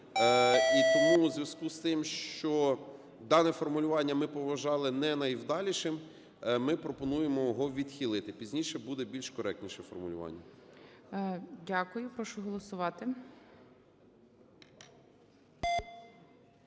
І тому у зв'язку з тим, що дане формулювання ми вважали не найвдалішим, ми пропонуємо його відхилити. Пізніше буде більш коректніше формулювання. ГОЛОВУЮЧИЙ. Дякую. Прошу голосувати.